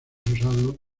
usado